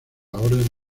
orden